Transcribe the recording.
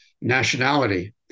nationality